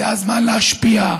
זה הזמן להשפיע.